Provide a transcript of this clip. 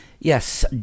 Yes